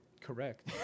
Correct